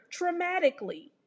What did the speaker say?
traumatically